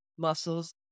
Muscles